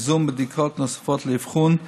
ייזום בדיקות נוספות לאבחון,